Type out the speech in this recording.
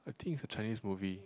I think it's a Chinese movie